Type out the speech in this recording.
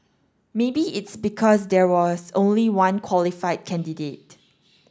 maybe it's because there was only one qualified candidate